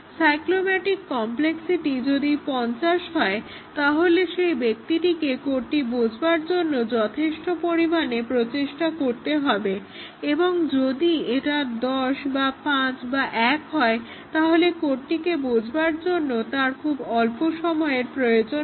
cyclomatic complexity যদি 50 হয় তাহলে সেই ব্যক্তিকে কোডটি বোঝবার জন্য যথেষ্ট পরিমাণে প্রচেষ্টা করতে হবে এবং যদি এটা 10 বা 5 বা 1 হয় তাহলে কোডটিকে বোঝবার জন্য তার খুব অল্প সময় লাগবে